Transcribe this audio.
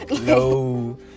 no